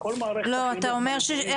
ושם אותם